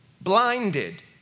blinded